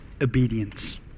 obedience